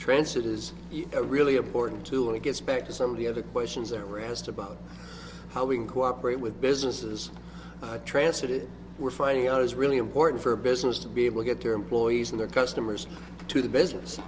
transit is a really important tool it gets back to some of the other questions are asked about how we can cooperate with businesses i translated we're finding out is really important for a business to be able to get their employees and their customers to the business